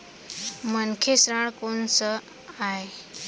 मनखे ऋण कोन स आय?